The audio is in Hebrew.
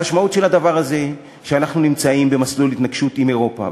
המשמעות של הדבר הזה היא שאנחנו נמצאים במסלול התנגשות עם אירופה,